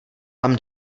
tam